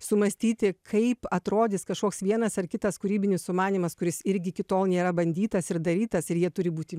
sumąstyti kaip atrodys kažkoks vienas ar kitas kūrybinis sumanymas kuris irgi iki tol nėra bandytas ir darytas ir jie turi būti